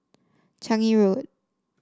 Changi Road